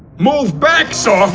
move back sort of